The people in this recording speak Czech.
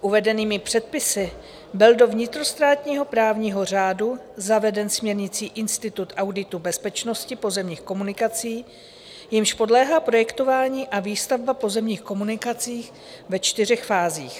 Uvedenými předpisy byl do vnitrostátního právního řádu zaveden směrnicí institut auditu bezpečnosti pozemních komunikací, jemuž podléhá projektování a výstavba pozemních komunikací ve čtyřech fázích.